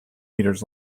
metres